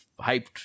hyped